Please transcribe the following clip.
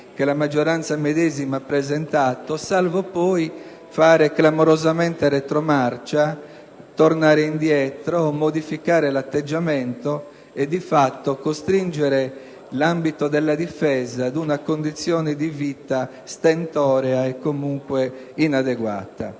che la maggioranza medesima ha presentato, salvo poi fare clamorosamente retromarcia, tornare indietro, modificare l'atteggiamento e, di fatto, costringere l'ambito della Difesa a una condizione di vita stentorea e comunque inadeguata.